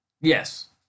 Yes